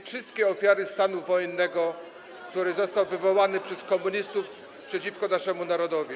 wszystkie ofiary stanu wojennego, który został wywołany przez komunistów i był skierowany przeciwko naszemu narodowi.